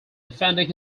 defending